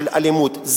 של אלימות.